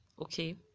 okay